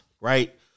right